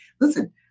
Listen